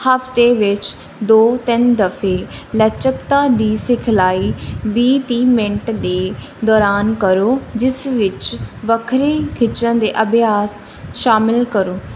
ਹਫਤੇ ਵਿੱਚ ਦੋ ਤਿੰਨ ਦਫੇ ਲਚਕਤਾ ਦੀ ਸਿਖਲਾਈ ਵੀਹ ਤੀਹ ਮਿੰਟ ਦੇ ਦੌਰਾਨ ਕਰੋ ਜਿਸ ਵਿੱਚ ਵੱਖਰੇ ਖਿੱਚਣ ਦੇ ਅਭਿਆਸ ਸ਼ਾਮਿਲ ਕਰੋ